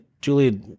Julie